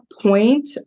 point